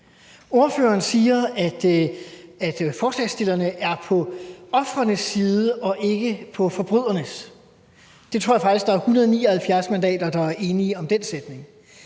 Ordføreren siger, at forslagsstillerne er på ofrenes side og ikke på forbrydernes. Jeg tror faktisk, at der er 179 mandater, der er enige i den sætning.